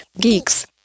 geeks